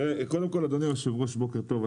קודם כל, אדוני היושב ראש, בוקר טוב.